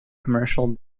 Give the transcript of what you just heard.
commercial